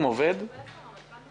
דיברנו על זה